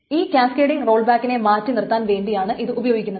ഈ cascading roll ബാക്കിനെ മാറ്റി നിർത്താൻ വേണ്ടിയാണ് ഇത് ഉപയോഗിക്കുന്നത്